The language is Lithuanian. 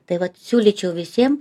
tai vat siūlyčiau visiem